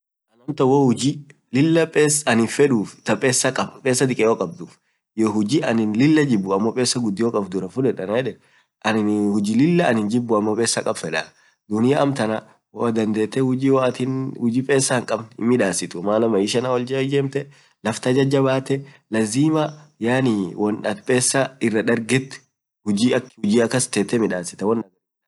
hoo hujii anin lilaa feduu pesaa dikeyo kaabd hiyo hujii aninn lilla jib pesaa gudio kaabd, took duraa fuded anan yedeen taaninjibuu amoo pesaa gudio kaab duraa fudedaa.dunia amtanaa hoo dandetee hujii pesaa hinkabn hinmidasituu, maana maishan haaollijemtee laft hajajabatee yaani woan atin pesa irra darget hujii akk bidia kass tetee midasitaa.